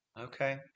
Okay